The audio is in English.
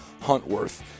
Huntworth